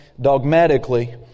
dogmatically